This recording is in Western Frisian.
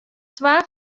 twa